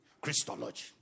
Christology